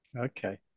Okay